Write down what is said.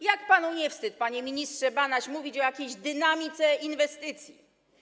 Jak panu nie wstyd, panie ministrze Banaś, mówić o jakiejś dynamice inwestycji.